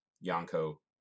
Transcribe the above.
Yanko